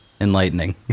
enlightening